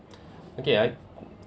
okay I